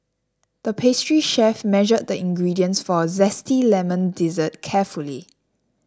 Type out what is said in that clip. the pastry chef measured the ingredients for a Zesty Lemon Dessert carefully